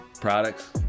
products